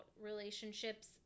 relationships